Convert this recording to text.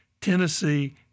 Tennessee